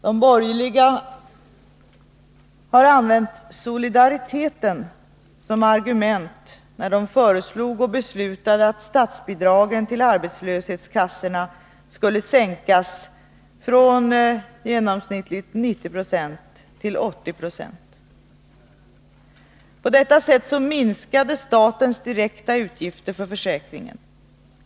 De borgerliga använde solidariteten som argument när de föreslog och beslutade att statsbidragen till arbetslöshetskassorna skulle sänkas från genomsnittligt 90 26 till 80 20. På detta sätt minskade statens direkta utgifter för försäkringen.